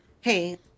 Hey